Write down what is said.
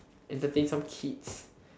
entertain some kids